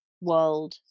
world